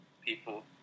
people